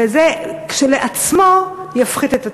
וזה כשלעצמו יפחית את הטרור.